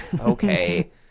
okay